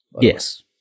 Yes